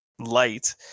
light